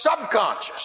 subconscious